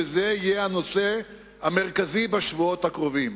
וזה יהיה הנושא המרכזי בשבועות הקרובים: